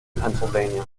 pennsylvania